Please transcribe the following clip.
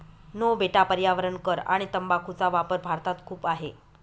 no बेटा पर्यावरण कर आणि तंबाखूचा वापर भारतात खूप आहे